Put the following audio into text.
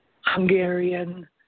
Hungarian